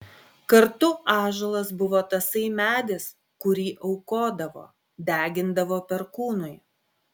kartu ąžuolas buvo tasai medis kurį aukodavo degindavo perkūnui